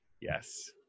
Yes